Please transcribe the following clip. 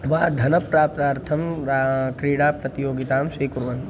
वा धनप्रापत्यर्थं रा क्रीडा प्रतियोगितां स्वीकुर्वन्ति